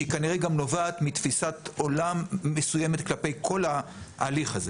שהיא כנראה גם נובעת מתפיסת עולם מסוימת כלפי כל ההליך הזה.